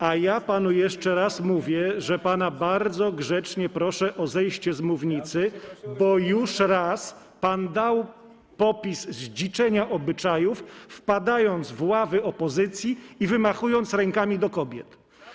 A ja panu jeszcze raz mówię, że pana bardzo grzecznie proszę o zejście z mównicy, bo już raz pan dał popis zdziczenia obyczajów, wpadając w ławy opozycji i wymachując rękami do kobiet.